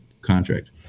contract